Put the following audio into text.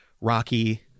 rocky